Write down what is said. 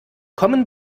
kommen